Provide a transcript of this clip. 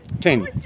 Ten